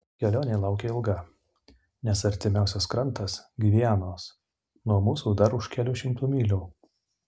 kelionė laukia ilga nes artimiausias krantas gvianos nuo mūsų dar už kelių šimtų mylių